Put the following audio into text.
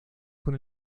con